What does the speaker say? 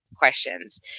questions